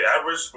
average